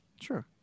Sure